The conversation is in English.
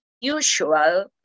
usual